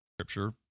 Scripture